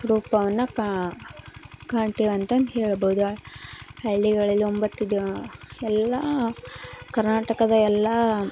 ರೂಪವನ್ನು ಕಾಣ್ತೀವಂತಂದು ಹೇಳ್ಬೋದು ಹಳ್ಳಿಗಳಲ್ಲಿ ಒಂಬತ್ತು ದಿನ ಎಲ್ಲ ಕರ್ನಾಟಕದ ಎಲ್ಲ